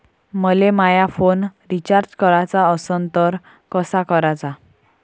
मले माया phone recharge कराचा असन तर कसा कराचा?